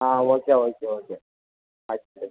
ಹಾಂ okay okay okay ಆಯ್ತು ಸರಿ